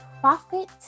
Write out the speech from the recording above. profit